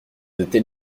noté